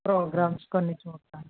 programmes కొన్ని చూస్తాను